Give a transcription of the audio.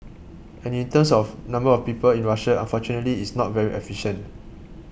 and in terms of number of people in Russia unfortunately it's not very efficient